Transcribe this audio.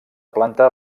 planta